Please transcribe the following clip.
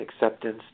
acceptance